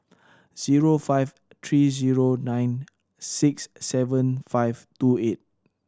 zero five three zero nine six seven five two eight